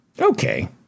Okay